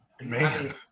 Man